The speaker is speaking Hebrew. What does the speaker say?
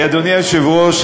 אדוני היושב-ראש,